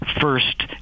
first